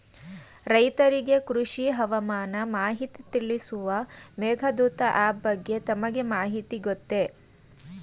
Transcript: ರೈತರಿಗೆ ಕೃಷಿ ಹವಾಮಾನ ಮಾಹಿತಿ ತಿಳಿಸುವ ಮೇಘದೂತ ಆಪ್ ಬಗ್ಗೆ ತಮಗೆ ಮಾಹಿತಿ ಗೊತ್ತೇ?